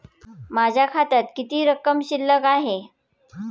माझ्या खात्यात किती रक्कम शिल्लक आहे?